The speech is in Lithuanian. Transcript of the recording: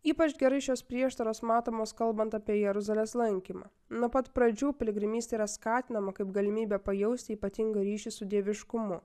ypač gerai šios prieštaros matomos kalbant apie jeruzalės lankymą nuo pat pradžių piligrimystė yra skatinama kaip galimybė pajausti ypatingą ryšį su dieviškumu